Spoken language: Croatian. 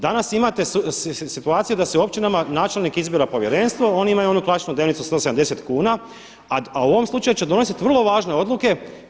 Danas imate situaciju da se u općinama načelnik izbira povjerenstvo oni imaju onu klasičnu dnevnicu 170 kuna, a u ovom slučaju će donositi vrlo važne odluke.